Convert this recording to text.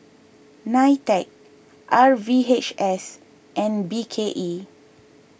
Nitec R V H S and B K E